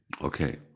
okay